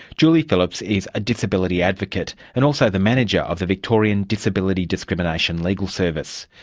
julie phillips is a disability advocate and also the manager of the victorian disability discrimination legal service.